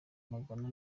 magana